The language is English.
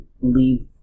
leave